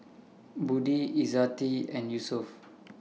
Budi Izzati and Yusuf